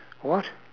what